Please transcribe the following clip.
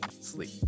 sleep